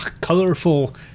colorful